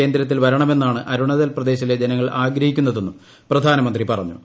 കേന്ദ്രത്തിൽ വരണമെന്നാണ് അരുണാചൽ പ്രദേശിലെ ജനങ്ങൾ ആഗ്രഹിക്കുന്നതെന്നും പ്രധാനമന്ത്രി പറഞ്ഞു